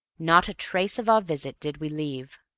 not a trace of our visit did we leave.